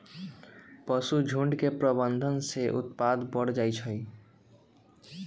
पशुझुण्ड के प्रबंधन से उत्पादन बढ़ जाइ छइ